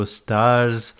stars